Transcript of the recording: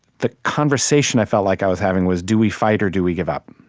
the conversation i felt like i was having was, do we fight, or do we give up?